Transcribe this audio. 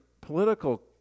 political